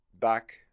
back